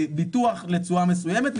מעין ביטוח לתשואה מסוימת,